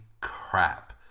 crap